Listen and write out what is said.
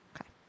Okay